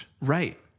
Right